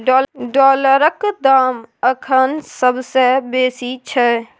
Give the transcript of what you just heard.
डॉलरक दाम अखन सबसे बेसी छै